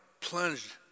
plunged